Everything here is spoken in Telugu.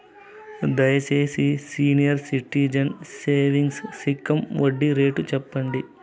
దయచేసి సీనియర్ సిటిజన్స్ సేవింగ్స్ స్కీమ్ వడ్డీ రేటు సెప్పండి